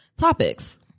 topics